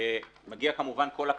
מגיע כמובן כל הכבוד,